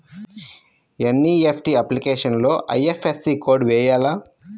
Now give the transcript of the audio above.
NEFT అప్లికేషన్లో IFSC code వేయాలా?